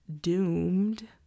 doomed